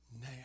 now